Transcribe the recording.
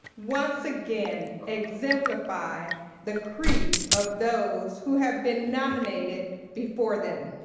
once again, exemplify the creed of those who have been nominated before them.